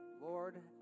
lord